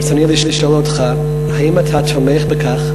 ברצוני לשאול אותך: האם אתה תומך בכך שרבנים,